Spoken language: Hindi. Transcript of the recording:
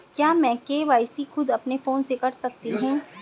क्या मैं के.वाई.सी खुद अपने फोन से कर सकता हूँ?